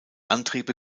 antriebe